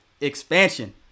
expansion